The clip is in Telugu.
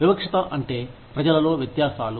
వివక్షత అంటే ప్రజలలో వ్యత్యాసాలు